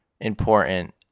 important